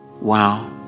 Wow